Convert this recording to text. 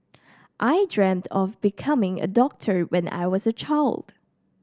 I dreamt of becoming a doctor when I was a child